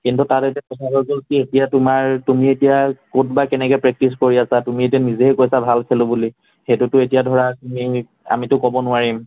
কিন্তু তাত এতিয়া কথা হৈ গ'ল কি এতিয়া তোমাৰ তুমি এতিয়া ক'ত বা কেনেকৈ প্ৰেক্টিচ কৰি আছা তুমি এতিয়া নিজেই কৈছা ভাল খেলোঁ বুলি সেইটোতো এতিয়া ধৰা তুমি আমিটো ক'ব নোৱাৰিম